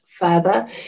further